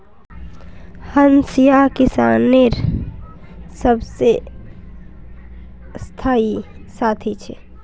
हंसिया किसानेर सबसे स्थाई साथी छे